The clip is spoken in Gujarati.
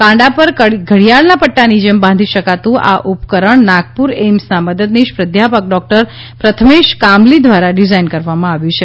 કાંડા પર ઘડિયાળના પદ્દાની જેમ બાંધી શકાતું આ ઉપકરણ નાગપુર એઇમ્સના મદદનીશ પ્રાધ્યાપક ડોક્ટર પ્રથમેશ કાંબલી દ્વારા ડીઝાઈન કરવામાં આવ્યું છે